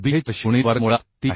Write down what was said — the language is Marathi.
हे 400 गुणिले वर्गमुळात 3 आहे